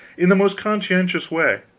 in the most conscientious way,